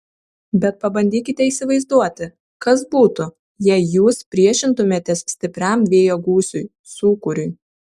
bet pabandykite įsivaizduoti kas būtų jei jūs priešintumėtės stipriam vėjo gūsiui sūkuriui